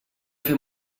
fer